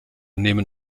nehmen